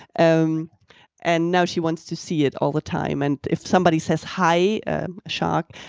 um and now, she wants to see it all the time. and if somebody says, hai shark,